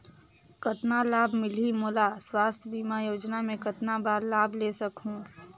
कतना लाभ मिलही मोला? स्वास्थ बीमा योजना मे कतना बार लाभ ले सकहूँ?